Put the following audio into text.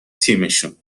تیمشون